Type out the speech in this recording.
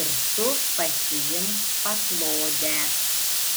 ir tu pasiimk paklodę